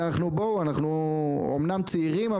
אנחנו אמנם צעירים,